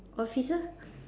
officer